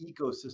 ecosystem